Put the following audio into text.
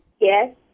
Yes